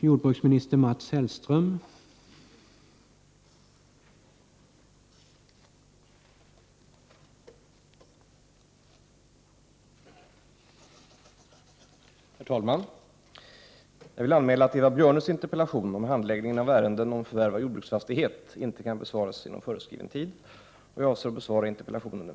Jag vill anmäla att Eva Björnes interpellation om handläggningen av ärenden om förvärv av jordbruksfastighet inte kan besvaras inom föreskriven tid på grund av arbetsbelastning.